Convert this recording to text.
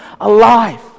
alive